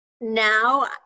now